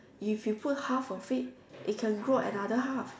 if you put half of it it can grow another half